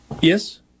Yes